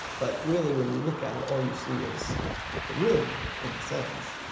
but really, when you look at it, all you see is the room, in a sense,